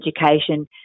education